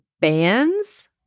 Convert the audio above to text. bands